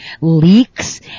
leaks